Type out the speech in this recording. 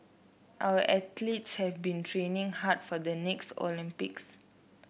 our athletes have been training hard for the next Olympics